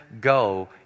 go